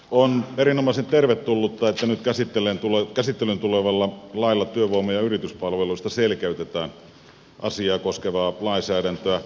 on erinomaisen tervetullutta että nyt käsittelyyn tulevalla lailla työvoima ja yrityspalveluista selkeytetään asiaa koskevaa lainsäädäntöä